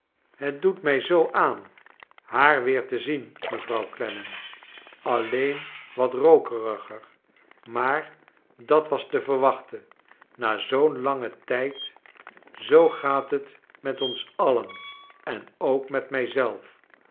het doet mij zoo aan haar wcer te zien mevrouw clennam alleen wat rookeriger maar dat was te verwachten na zoo'n langen tijd zoo gaat het met ons alien en ook met